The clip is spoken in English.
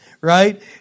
right